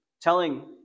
telling